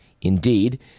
Indeed